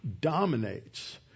dominates